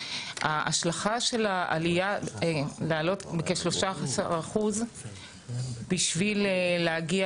ההשלכה של העלייה של כ-13% בשביל להגיע